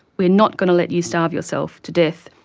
we are not going to let you starve yourself to death,